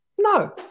No